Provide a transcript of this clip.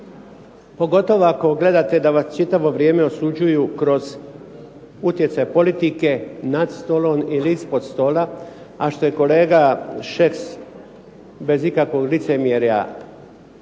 pogotovo ako gleda da vas čitavo vrijeme osuđuju kroz utjecaj politike nad stolom ili ispod stola, a što je kolega Šeks bez ikakvog licemjerja sa